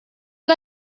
you